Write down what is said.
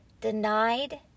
Denied